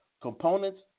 Components